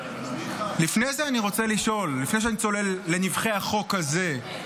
לפני שאני צולל לנבכי החוק הזה,